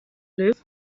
live